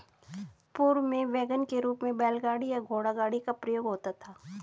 पूर्व में वैगन के रूप में बैलगाड़ी या घोड़ागाड़ी का प्रयोग होता था